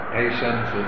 patience